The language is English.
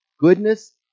Goodness